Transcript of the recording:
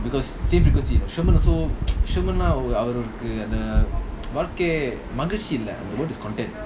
because frequency sherman also sherman அவருக்குஇந்தவாழ்க்கையேமகிழ்ச்சிஇல்ல:avaruku indha vazhkaye magizhchi illa more discontent